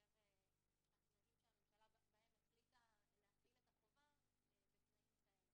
התנאים שבהם הממשלה החליטה להחיל את החובה בתנאים כאלה.